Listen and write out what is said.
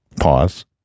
Pause